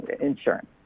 insurance